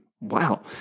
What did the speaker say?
Wow